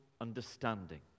understanding